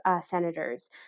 senators